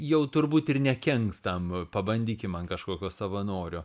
jau turbūt ir nekenks tam pabandykim ant kažkokio savanorio